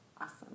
awesome